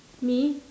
me